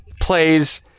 plays